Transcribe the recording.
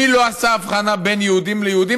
מי לא עשה הבחנה בין יהודים ליהודים,